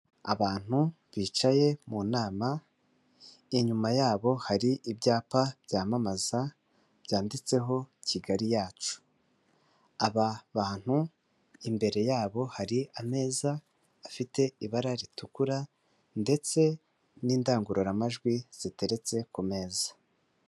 Abantu bicaye mu nama inyuma yabo hari ibyapa byamamaza byanditseho Kigali yacu, aba bantu imbere yabo hari ameza afite ibara ritukura ndetse n'indangururamajwi ziteretse ku meza.